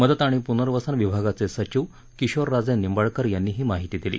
मदत आणि पुनर्वसन विभागाचे सचिव किशोर राजे निंबाळकर यांनी ही माहिती दिली